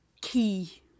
key